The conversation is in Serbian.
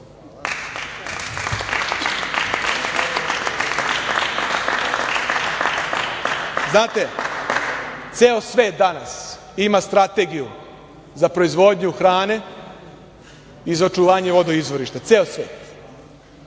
Tinta“?Znate, ceo svet danas ima strategiju za proizvodnju hrane i za očuvanje vodoizvorišta, ceo svet,